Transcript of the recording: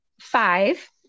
five